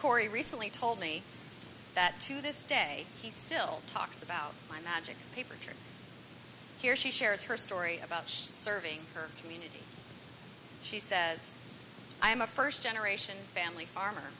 corey recently told me that to this day he still talks about my magic paper and here she shares her story about serving her community she says i'm a first generation family farmer